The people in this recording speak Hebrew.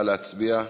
נא להצביע.